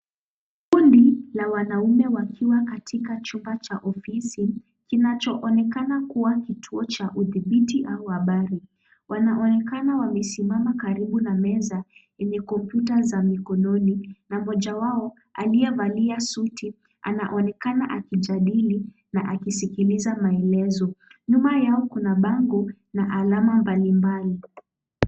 Kundi la wanaume wakiwa katika chumba cha ofisi kinachoonekana kuwa kituocha udhibiti au habari. Wanaonekana wamesimama karibu na meza enye kompyuta za mikononi na moja wao aliyevalia suti anaonekana akijadili na akisikiliza maelezo. Nyuma yao kuna bango la alama mbalimbali.